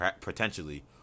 potentially